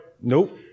nope